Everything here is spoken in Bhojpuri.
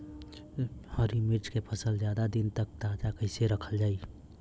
हरि मिर्च के फसल के ज्यादा दिन तक ताजा कइसे रखल जाई?